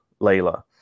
Layla